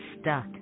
stuck